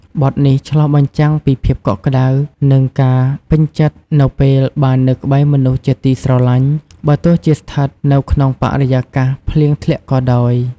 បទនេះឆ្លុះបញ្ចាំងពីភាពកក់ក្តៅ និងការពេញចិត្តនៅពេលបាននៅក្បែរមនុស្សជាទីស្រឡាញ់ បើទោះជាស្ថិតនៅក្នុងបរិយាកាសភ្លៀងធ្លាក់ក៏ដោយ។